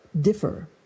differ